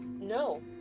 No